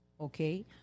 Okay